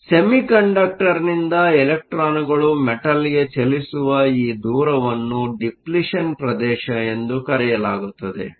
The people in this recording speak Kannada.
ಆದ್ದರಿಂದ ಸೆಮಿಕಂಡಕ್ಟರ್ನಿಂದ ಇಲೆಕ್ಟ್ರಾನ್ಗಳು ಮೆಟಲ್ಗೆ ಚಲಿಸುವ ಈ ದೂರವನ್ನು ಡಿಪ್ಲಿಷನ್Depletion ಪ್ರದೇಶ ಎಂದು ಕರೆಯಲಾಗುತ್ತದೆ